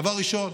דבר ראשון.